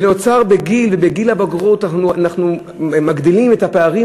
ובגיל הבגרות אנחנו מגדילים את הפערים,